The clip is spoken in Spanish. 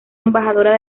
embajadora